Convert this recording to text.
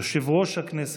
יושב-ראש הכנסת,